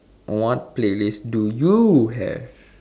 what playlist do you have